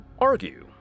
argue